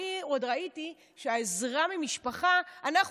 אני עוד ראיתי שעל העזרה מהמשפחה אנחנו